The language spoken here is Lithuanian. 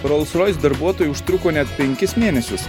rolls royce darbuotojai užtruko net penkis mėnesius